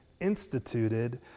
instituted